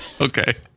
okay